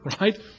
right